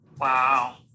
Wow